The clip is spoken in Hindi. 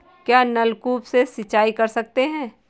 क्या नलकूप से सिंचाई कर सकते हैं?